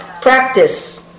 Practice